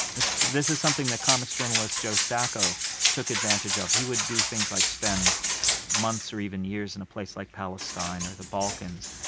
this this is something that comics journalists joe sacco took advantage of. he would do things like spend months or even years in a place like palestine or the balkans,